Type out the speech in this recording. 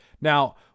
Now